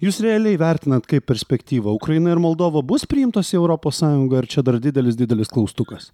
jūs realiai vertinat kaip perspektyvą ukraina ir moldova bus priimtos į europos sąjunga ar čia dar didelis didelis klaustukas